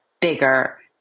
bigger